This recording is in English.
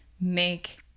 make